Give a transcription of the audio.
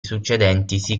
succedentisi